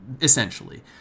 essentially